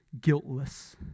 guiltless